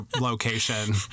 location